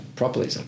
properly